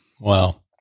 Wow